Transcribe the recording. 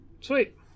Sweet